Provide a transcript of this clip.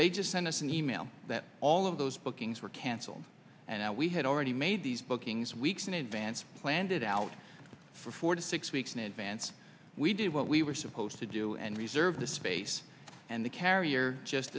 they just send us an e mail that all of those bookings were canceled and we had already made these bookings weeks in advance planned it out for four to six weeks in advance we did what we were supposed to do and reserve the space and the carrier just